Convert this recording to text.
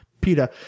Peta